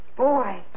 Boy